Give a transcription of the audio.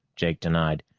jake denied.